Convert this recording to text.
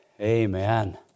Amen